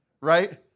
right